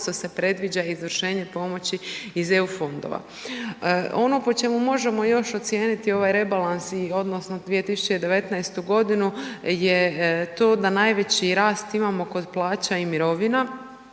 87,1% se predviđa izvršenje pomoći iz eu fondova. Ono po čemu možemo još ocijeniti ovaj rebalans i odnosno 2019. godinu je to da najveći rast imamo kod plaća i mirovina